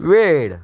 वेड